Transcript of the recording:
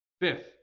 Fifth